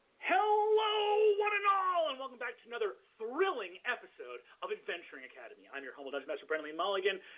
hello, one and all, and welcome back to another thrilling episode of adventuring academy. i'm your humble dungeon master brennan lee mulligan.